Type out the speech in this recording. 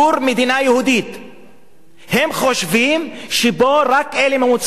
הם חושבים שרק אלה ממוצא יהודי הם שחייבים לחיות פה.